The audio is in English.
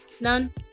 none